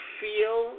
feel